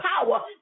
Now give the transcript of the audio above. power